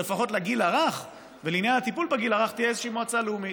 שלפחות לגיל הרך ולעניין הטיפול בגיל הרך תהיה איזושהי מועצה לאומית.